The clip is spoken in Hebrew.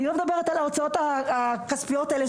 אני לא מדברת על ההוצאות הכספיות האלה,